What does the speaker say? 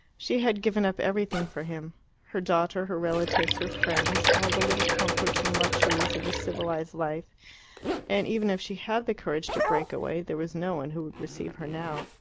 she had given up everything for him her daughter, her relatives, her friends, all the little comforts and luxuries of a civilized life and even if she had the courage to break away, there was no one who would receive her now.